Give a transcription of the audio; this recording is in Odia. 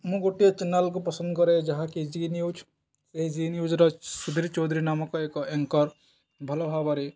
ମୁଁ ଗୋଟିଏ ଚ୍ୟାନେଲ୍କୁ ପସନ୍ଦ କରେ ଯାହାକି ଜି ନ୍ୟୁଜ୍ ଏ ଜି ନି ନ୍ୟୁଜ୍ର ସୁଧିର ଚୌଧୁରୀ ନାମକ ଏକ ଆଙ୍କର ଭଲ ଭାବରେ